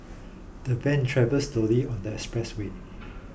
the van travelled slowly on the expressway